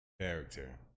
character